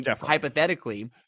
hypothetically